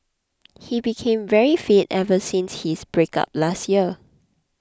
he became very fit ever since his breakup last year